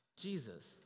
Jesus